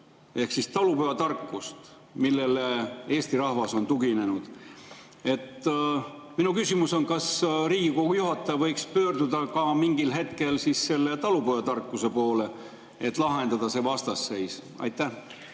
ehk siis talupojatarkust, millele Eesti rahvas on ikka tuginenud. Minu küsimus on, kas Riigikogu juhataja võiks pöörduda mingil hetkel talupojatarkuse poole, et lahendada see vastasseis. Suur